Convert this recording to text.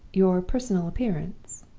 your personal appearance